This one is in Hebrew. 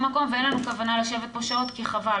מקום ואין לנו כוונה לשבת פה שעות כי חבל,